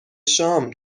شام